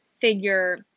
figure